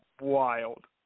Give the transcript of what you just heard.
wild